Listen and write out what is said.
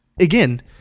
Again